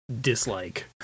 dislike